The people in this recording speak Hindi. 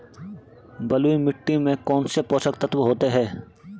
बलुई मिट्टी में कौनसे पोषक तत्व होते हैं?